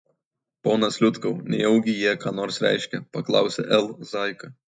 ponas liutkau nejaugi jie ką nors reiškia paklausė l zaika